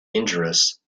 injurious